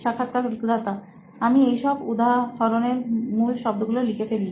সাক্ষাৎকারদাতা আমি ঐসব উদাহরণের মূল শব্দগুলো লিখে ফেলি